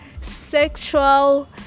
sexual